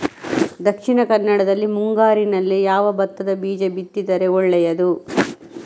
ದಕ್ಷಿಣ ಕನ್ನಡದಲ್ಲಿ ಮುಂಗಾರಿನಲ್ಲಿ ಯಾವ ಭತ್ತದ ಬೀಜ ಬಿತ್ತಿದರೆ ಒಳ್ಳೆಯದು?